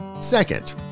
Second